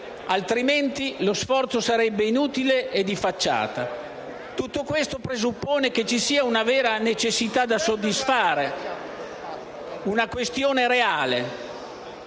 altrimenti lo sforzo sarebbe inutile e di facciata. Tutto questo presuppone che vi sia una vera necessità da soddisfare, una questione reale.